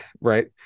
right